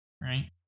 right